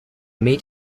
meet